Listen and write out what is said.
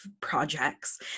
projects